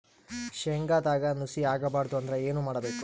ಶೇಂಗದಾಗ ನುಸಿ ಆಗಬಾರದು ಅಂದ್ರ ಏನು ಮಾಡಬೇಕು?